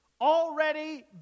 Already